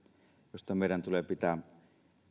josta meidän tulee pitää